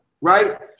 right